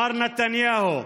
מר נתניהו,